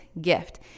gift